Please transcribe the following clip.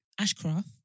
Ashcroft